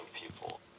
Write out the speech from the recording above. people